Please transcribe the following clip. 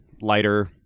lighter